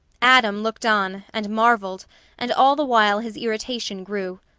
adam looked on, and marvelled and all the while his irritation grew.